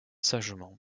sagement